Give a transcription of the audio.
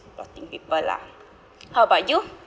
blotting paper lah how about you